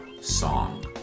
song